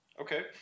Okay